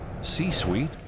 c-suite